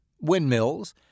windmills